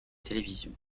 télévision